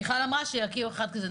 מיכל אמרה שיקימו אחד כזה.